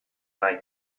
gain